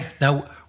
Now